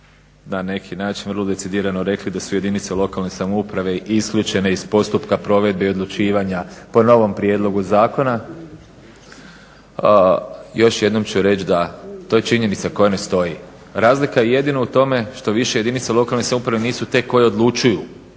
na neki način vrlo decidirano rekli da su jedinice lokalne samouprave isključene iz postupka provedbe i odlučivanja po novom prijedlogu zakona. Još jednom ću reći da to je činjenica koja ne stoji. Razlika je jedino u tome što više jedinice lokalne samouprave nisu te koje odlučuju